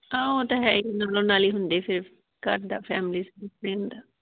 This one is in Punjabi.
ਹਾਂ ਉਹ ਤਾਂ ਹੈ ਨਾਲੋਂ ਨਾਲ ਹੀ ਹੁੰਦੇ ਫਿਰ ਘਰ ਦਾ ਫੈਮਲੀ